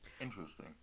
Interesting